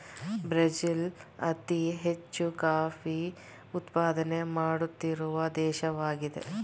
Brazil ಅತಿ ಹೆಚ್ಚು coffee ಉತ್ಪಾದನೆ ಮಾಡುತ್ತಿರುವ ದೇಶವಾಗಿದೆ